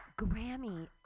Grammy